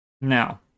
now